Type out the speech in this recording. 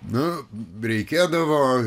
na reikėdavo